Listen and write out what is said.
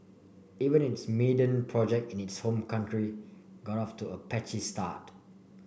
even its maiden project in its home country got off to a patchy start